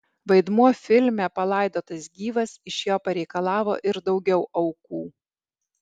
vaidmuo filme palaidotas gyvas iš jo pareikalavo ir daugiau aukų